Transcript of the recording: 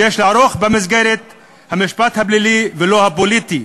איזון שיש לערוך במסגרת המשפט הפלילי ולא במגרש הפוליטי.